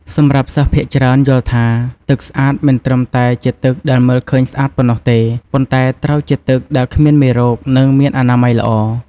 សម្រាប់សិស្សភាគច្រើនយល់ថា ទឹកស្អាតមិនត្រឹមតែជាទឹកដែលមើលឃើញស្អាតប៉ុណ្ណោះទេ ប៉ុន្តែត្រូវជាទឹកដែលគ្មានមេរោគនិងមានអនាម័យល្អ។